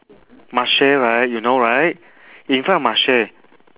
marche right you know right in front of marche